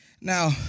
Now